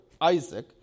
Isaac